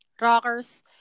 rockers